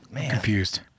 confused